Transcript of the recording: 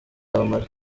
yamara